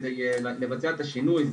כדי לבצע את השינוי.